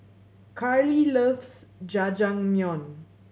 Karli loves Jajangmyeon